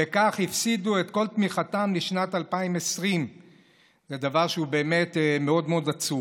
ובכך הפסידו את כל תמיכתם לשנת 2020. זה דבר שהוא באמת מאוד מאוד עצוב.